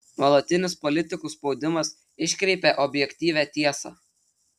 nuolatinis politikų spaudimas iškreipia objektyvią tiesą